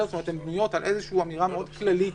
זאת אומרת, הן בנויות על אמירה מאוד כללית